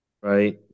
Right